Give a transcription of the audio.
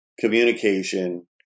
communication